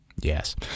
Yes